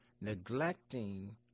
neglecting